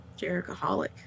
Jerichoholic